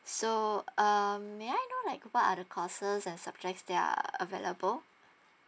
so um may I know like what are the courses and subjects that are available